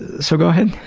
so go ahead.